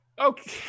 okay